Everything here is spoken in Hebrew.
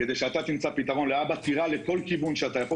כדי שאתה תמצא פתרון לאבא תירה לכל כיוון שאתה יכול.